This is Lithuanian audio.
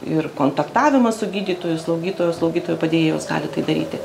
ir kontaktavimas su gydytoju slaugytoju slaugytojo padėjėju jos gali tai daryti